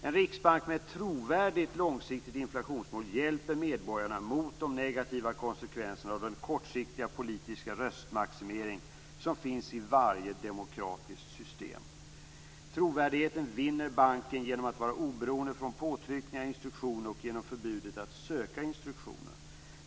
En riksbank med ett trovärdigt långsiktigt inflationsmål hjälper medborgarna mot de negativa konsekvenserna av den kortsiktiga politiska röstmaximering som finns i varje demokratiskt system. Trovärdigheten vinner banken genom att vara oberoende av påtryckningar, instruktioner och genom förbudet att söka instruktioner.